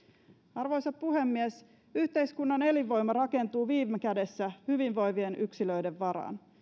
arvoisa puhemies yhteiskunnan elinvoima rakentuu viime kädessä hyvinvoivien yksilöiden varaan